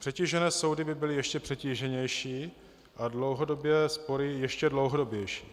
Přetížené soudy by byly ještě přetíženější a dlouhodobé spory ještě dlouhodobější.